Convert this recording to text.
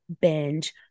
binge